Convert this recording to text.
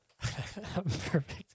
Perfect